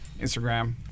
Instagram